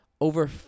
over